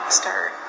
start